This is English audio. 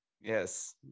Yes